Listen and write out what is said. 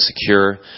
secure